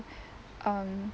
um